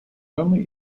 only